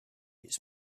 its